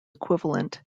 equivalent